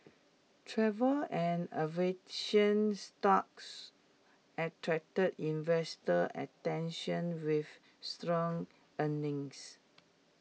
travel and aviation stocks attracted investor attention with strong earnings